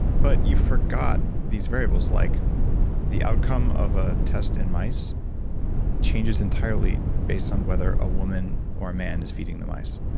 but you forgot these variables like the outcome of a test in mice changes entirely based on whether a woman or a man is feeding the mice.